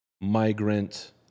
migrant